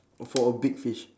for a big fish